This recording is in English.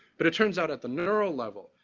but it turns out at the neuro level,